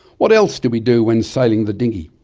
what else do we do when sailing the dinghy?